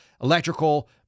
electrical